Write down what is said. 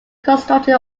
constructed